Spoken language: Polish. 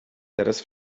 teraz